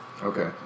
Okay